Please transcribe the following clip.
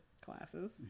classes